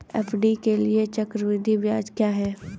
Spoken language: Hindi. एफ.डी के लिए चक्रवृद्धि ब्याज क्या है?